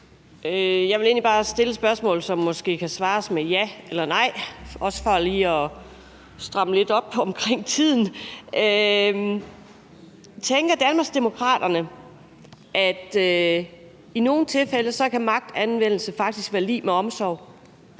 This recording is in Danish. Jeg vil egentlig bare stille et spørgsmål, som måske kan besvares med ja eller nej – også for lige at stramme lidt op omkring tiden. Tænker Danmarksdemokraterne, at magtanvendelse i nogle tilfælde faktisk kan være lig med omsorg?